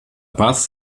paz